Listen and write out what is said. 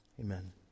Amen